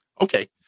okay